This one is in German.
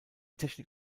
technik